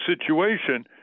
situation